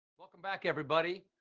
welcome back, everybody.